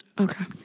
Okay